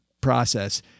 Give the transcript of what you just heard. process